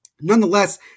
Nonetheless